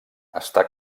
està